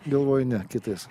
galvoji ne kitais